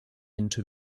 into